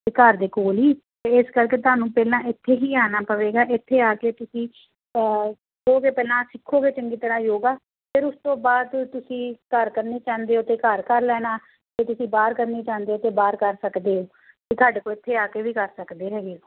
ਅਤੇ ਘਰ ਦੇ ਕੋਲ ਹੀ ਅਤੇ ਇਸ ਕਰਕੇ ਤੁਹਾਨੂੰ ਪਹਿਲਾਂ ਇੱਥੇ ਹੀ ਆਉਣਾ ਪਵੇਗਾ ਅਤੇ ਇੱਥੇ ਆ ਕੇ ਤੁਸੀਂ ਦੋ ਦਿਨ ਪਹਿਲਾਂ ਸਿੱਖੋਗੇ ਚੰਗੀ ਤਰ੍ਹਾਂ ਯੋਗਾ ਫਿਰ ਉਸ ਤੋਂ ਬਾਅਦ ਤੁਸੀਂ ਕੀ ਘਰ ਕਰਨੀ ਚਾਹੁੰਦੇ ਹੋ ਤਾਂ ਘਰ ਕਰ ਲੈਣਾ ਅਤੇ ਕਿਤੇ ਬਾਹਰ ਕਰਨੀ ਚਾਹੁੰਦੇ ਹੋ ਤਾਂ ਬਾਹਰ ਕਰ ਸਕਦੇ ਹੋ ਅਤੇ ਸਾਡੇ ਕੋਲ ਇੱਥੇ ਆ ਕੇ ਵੀ ਕਰ ਸਕਦੇ ਹੈਗੇ ਹੋ